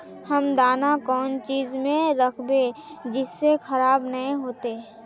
हम दाना कौन चीज में राखबे जिससे खराब नय होते?